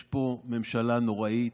יש פה ממשלה נוראית,